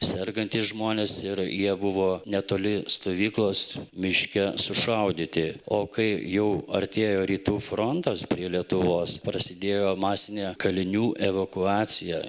sergantys žmonės ir jie buvo netoli stovyklos miške sušaudyti o kai jau artėjo rytų frontas prie lietuvos prasidėjo masinė kalinių evakuacija